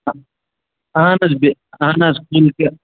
آ اَہَن حظ اَہَن حظ کُلچِہ